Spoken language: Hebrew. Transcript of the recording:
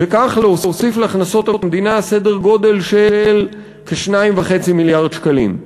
וכך להוסיף להכנסות המדינה סדר גודל של כ-2.5 מיליארד שקלים.